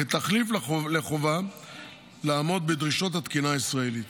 כתחליף לחובה לעמוד בדרישות התקינה הישראלית.